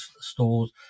stores